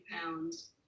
pounds